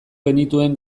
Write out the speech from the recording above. genituen